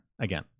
again